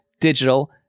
Digital